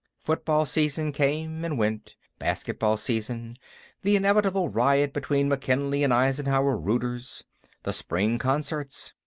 football season came and went basketball season the inevitable riot between mckinley and eisenhower rooters the spring concerts.